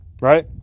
Right